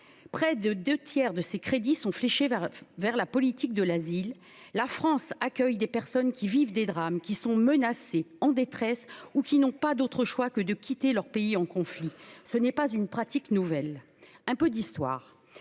près de 2 tiers de ces crédits sont fléchés vers vers la politique de l'asile, la France accueille des personnes qui vivent des drames qui sont menacés en détresse ou qui n'ont pas d'autre choix que de quitter leur pays en conflit, ce n'est pas une pratique nouvelle un peu d'histoire,